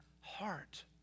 heart